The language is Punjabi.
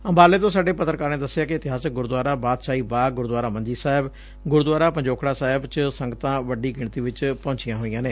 ਅੰਬਾਲੇ ਤੋ ਸਾਡੇ ਪੱਤਰਕਾਰ ਨੇ ਦਸਿਐ ਕਿ ਇਤਿਹਾਸਕ ਗੁਰਦੁਆਰਾ ਬਾਦਸ਼ਾਹੀ ਬਾਗ਼ ਗੁਰਦੁਆਰਾ ਮੰਜੀ ਸਾਹਿਬ ਗੁਰਦੁਆਰਾ ਪੰਜੋਖੜਾ ਸਾਹਿਬ ਚ ਸੰਗਤਾਂ ਵੱਡੀ ਗਿਣਤੀ ਚ ਪਹੰਚੀਆਂ ਹੋਈਆਂ ਨੇ